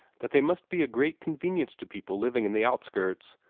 that they must be a great convenience to people living in the outskirts,